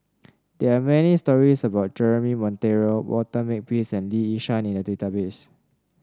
there are many stories about Jeremy Monteiro Walter Makepeace and Lee Yi Shyan in the database